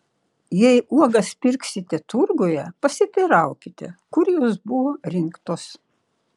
jei uogas pirksite turguje pasiteiraukite kur jos buvo rinktos